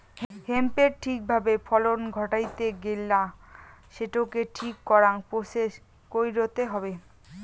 হেম্পের ঠিক ভাবে ফলন ঘটাইতে গেলা সেটোকে ঠিক করাং প্রসেস কইরতে হবে